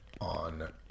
On